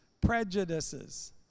prejudices